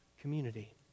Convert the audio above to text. community